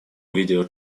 video